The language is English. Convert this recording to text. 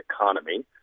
economy